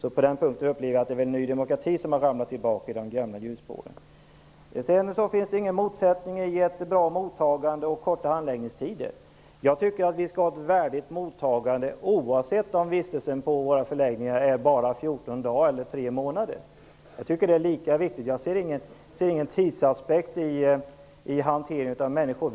På den punkten upplever jag att det är Ny demokrati som har fastnat i gamla hjulspår. Det finns ingen motsättning mellan ett bra mottagande och korta handläggningstider. Jag tycker att det skall vara ett värdigt mottagande oavsett om vistelsen på förläggningen blir fjorton dagar eller tre månader. Jag tycker att det är lika viktigt i båda fallen. Det finns ingen tidsaspekt när man skall hantera människor.